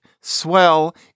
Swell